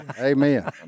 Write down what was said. Amen